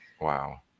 Wow